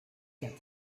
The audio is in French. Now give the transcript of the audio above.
quatre